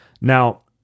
Now